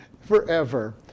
forever